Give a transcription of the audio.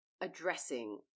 addressing